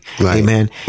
Amen